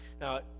Now